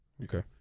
Okay